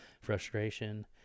frustration